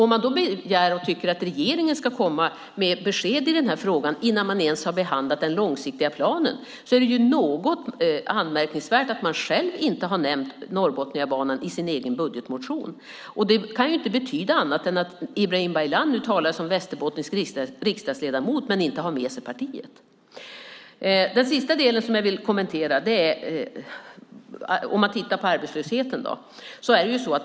Om man tycker att regeringen ska komma med ett besked i den frågan, innan man ens har behandlat den långsiktiga planen, är det anmärkningsvärt att man själv inte har nämnt Norrbotniabanan i sin egen budgetmotion. Det kan inte betyda annat än att Ibrahim Baylan nu talar som västerbottnisk riksdagsledamot utan att ha med sig partiet. Det sista jag ville kommentera är arbetslösheten.